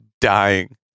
dying